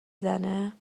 زنه